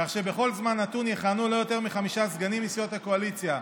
כך שבכל זמן נתון יכהנו לא יותר מחמישה סגנים מסיעות הקואליציה.